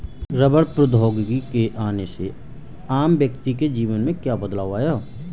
रबड़ प्रौद्योगिकी के आने से आम व्यक्ति के जीवन में क्या बदलाव आया?